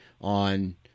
on